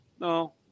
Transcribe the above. No